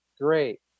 great